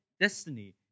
destiny